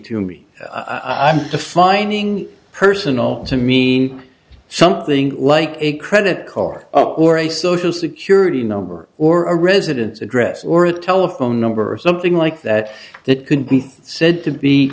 to me i'm defining personally to mean something like a credit card or a social security number or a residence address or a telephone number or something like that that could be said to be